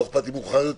לא אכפת לי מאוחר יותר,